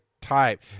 type